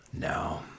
no